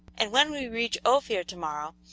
and when we reach ophir to-morrow,